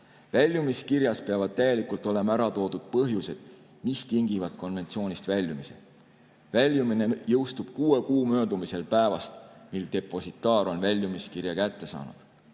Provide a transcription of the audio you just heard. Väljumiskirjas peavad olema täielikult ära toodud põhjused, mis tingivad konventsioonist väljumise. Väljumine jõustub kuue kuu möödumisel päevast, mil depositaar on väljumiskirja kätte saanud.